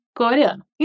coreano